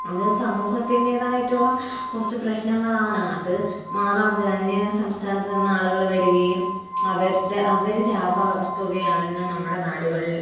അത് സമൂഹത്തിൻ്േതായിട്ടുള്ള കൊറച്ച് പ്രശ്നങ്ങളാണ് അത് മാറപ്പെടുത്ത അന്യ സംസ്ഥാനത്ത് നിന്ന് ആളുകള് വരുകയും അവരുടെ അവര് ചാപർക്കുകയാണെന്ന് നമ്മുടെ നാടുകളില്